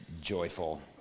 joyful